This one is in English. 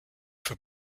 for